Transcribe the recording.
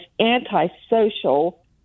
antisocial